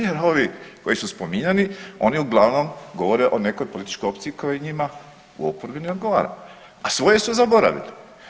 Jer ovi koji su spominjani oni uglavnom govore o nekoj političkoj opciji koja njima u oporbi ne odgovara, a svoje su zaboravili.